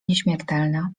nieśmiertelna